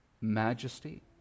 majesty